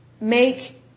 make